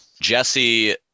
Jesse